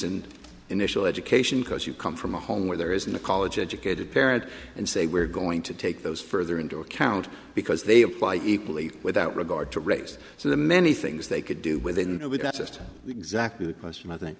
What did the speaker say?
and initial education because you come from a home where there isn't a college educated parent and say we're going to take those further into account because they apply equally without regard to race so the many things they could do within a week that's just exactly the question i think